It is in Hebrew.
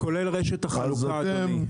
כולל רשת החלוקה, אדוני.